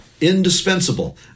Indispensable